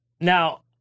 Now